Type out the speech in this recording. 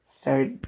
start